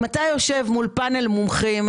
אם אתה יושב מול פאנל מומחים,